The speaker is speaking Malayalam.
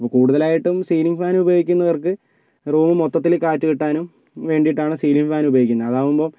ഇപ്പം കൂടുതലായിട്ടും സീലിംഗ് ഫാൻ ഉപയോഗിക്കുന്നവർക്ക് റൂം മൊത്തത്തിൽ കാറ്റ് കിട്ടാനും വേണ്ടിയിട്ടാണ് സീലിംഗ് ഫാൻ ഉപയോഗിക്കുന്നത് അതാകുമ്പോൾ